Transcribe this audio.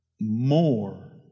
more